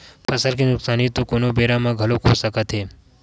फसल के नुकसानी तो कोनो बेरा म घलोक हो सकत हे